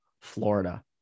Florida